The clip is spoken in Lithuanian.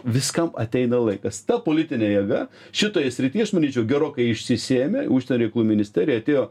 viskam ateina laikas ta politinė jėga šitoj srity aš manyčiau gerokai išsisėmė užsienio reikalų ministerija atėjo